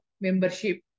membership